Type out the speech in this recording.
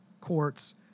courts